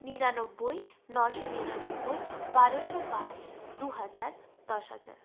নিরানব্বই নশো নিরাব্বই বারোশো পাঁচ দু হাজার দশ হাজার